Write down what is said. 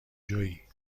جویی